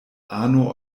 arno